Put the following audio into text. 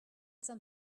some